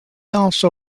also